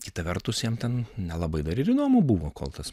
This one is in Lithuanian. kita vertus jiem ten nelabai dar ir įdomu buvo kol tas